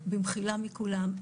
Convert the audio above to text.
במחילה מכולם,